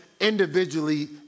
individually